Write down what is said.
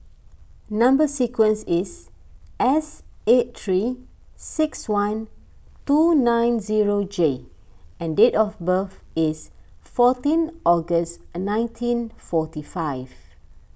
Number Sequence is S eight three six one two nine zero J and date of birth is fourteen August and nineteen forty five